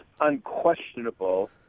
unquestionable